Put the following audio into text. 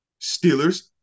Steelers